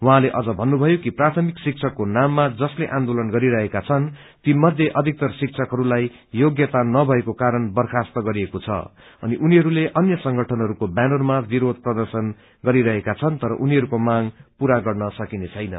उहाँले अझ भन्नुभयो कि प्राथमिक शिक्षकको नाममा जसले आन्दोलन गरिरहेका छन् ती मध्ये अधिक्तर शिक्षकहरूलाई योग्यता नभएको कारण वंखास्त गरिएको छ अनि उनीहरूले अन्य संगठनहरूको बैनरमा विरोब प्रर्दशन गरिरहेका छन् र उनीहरूको मांग पूरा गर्न सकिने छैन